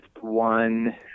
one